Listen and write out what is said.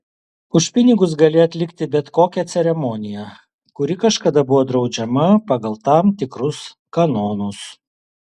už pinigus gali atlikti bet kokią ceremoniją kuri kažkada buvo draudžiama pagal tam tikrus kanonus